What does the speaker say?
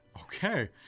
Okay